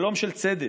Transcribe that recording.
שלום של צדק.